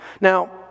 Now